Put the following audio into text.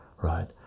right